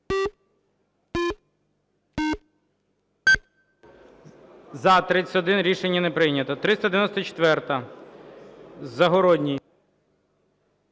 За-31 Рішення не прийнято. 394-а, Загородній.